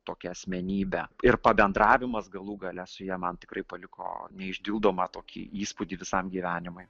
tokia asmenybe ir pabendravimas galų gale su ja man tikrai paliko neišdildomą tokį įspūdį visam gyvenimui